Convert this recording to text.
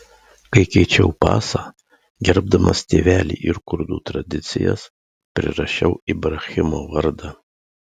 kai keičiau pasą gerbdamas tėvelį ir kurdų tradicijas prirašiau ibrahimo vardą